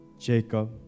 Jacob